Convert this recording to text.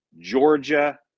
Georgia